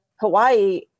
Hawaii